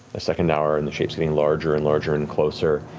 second hour, and the shape's getting larger and larger and closer.